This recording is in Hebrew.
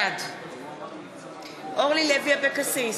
בעד אורלי לוי אבקסיס,